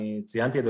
אני ציינתי את זה,